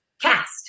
cast